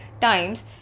times